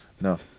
No